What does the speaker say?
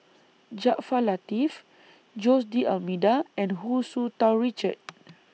Jaafar Latiff Jose D'almeida and Hu Tsu Tau Richard